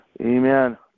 Amen